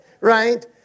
right